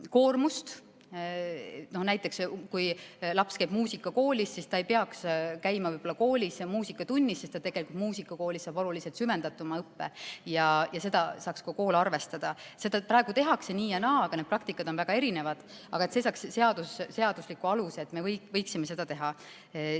Näiteks, kui laps käib muusikakoolis, siis ta ei peaks käima kooli muusikatunnis, sest ta muusikakoolis saab oluliselt süvendatuma õppe ja seda saaks kool arvestada. Seda praegu tehakse nii ja naa, praktikad on väga erinevad. Et see saaks seadusliku aluse, seda me võiksime teha.